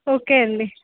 okay అండి